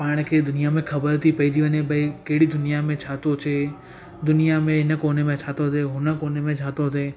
पाण खे दुनिया में ख़बर थी पइजी वञे भई कहिड़ी दुनिया में छा तो थिए दुनिया में इन कोने में छा तो थिए उन कोने में छा थो थिए